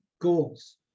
Goals